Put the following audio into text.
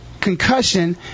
concussion